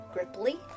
gripply